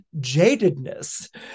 jadedness